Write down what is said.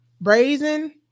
Brazen